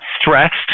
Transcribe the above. stressed